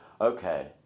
okay